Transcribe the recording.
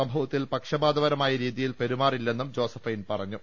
സംഭവത്തിൽ പക്ഷപാതപരമായ രീതിയിൽ പെരുമാറില്ലെന്നും ജോസഫൈൻ പറഞ്ഞു